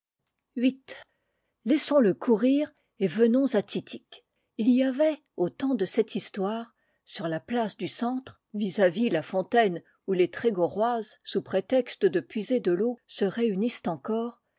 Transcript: laissons-le courir et venons à titik il y avait au temps de cette histoire sur la place du cen tre vis-à-vis la fontaine où les trégorroises sous prétexte de puiser de l'eau se réunissent encore